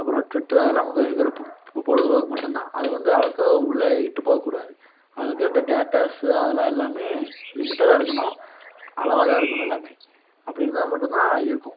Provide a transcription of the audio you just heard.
அப்பறம் ட்விட்டர் அதெல்லாம் நமக்கு வெறும் பொழுதுபோக்கு மட்டுந்தான் அதுவந்து அவ்வளோக்கா உள்ள இட்டுப்போகக்கூடாத அதுக்கு இந்த டேட்டாஸ்ஸு அதெல்லாம் எல்லாமே லிமிட்டாதான் இருக்கணும் அளவாதான் இருக்கணும் எல்லாமே அப்படி இருந்தால் மட்டுந்தான் இருக்கும்